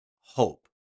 hope